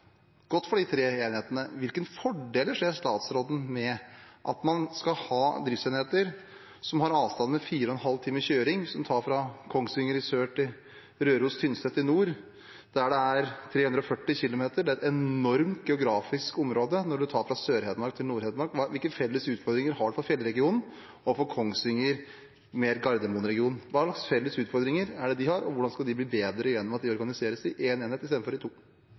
for de tre enhetene: Hvilke fordeler ser statsråden med at man skal ha driftsenheter der avstanden er 4,5 timer kjøring, som det tar fra Kongsvinger i sør til Røros og Tynset i nord – det er 340 km? Det er et enormt geografisk område fra Sør-Hedmark til Nord-Hedmark. Hvilke felles utfordringer har fjellregionen med Kongsvinger og med Gardermoen-regionen? Hva slags felles utfordringer er det de har, og hvordan skal de bli bedre gjennom at de organiseres i én enhet istedenfor i to?